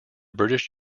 british